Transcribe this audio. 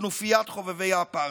וכנופיית חובבי האפרטהייד: